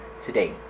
today